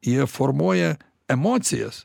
jie formuoja emocijas